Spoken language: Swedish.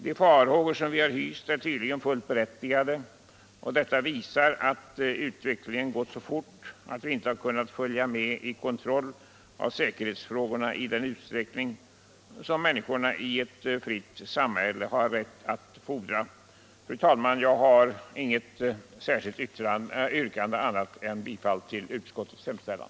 De farhågor som vi motionärer hyst är tydligen full berättigade, och detta visar att utvecklingen gått så fort att man inte kunnat följa med i kontrollen av säkerhetsfrågorna i den utsträckning som människorna i ett fritt samhälle har rätt att fordra. Fru talman! Jag har inget annat yrkande än om bifall till utskottets hemställan.